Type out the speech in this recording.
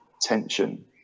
tension